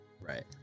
Right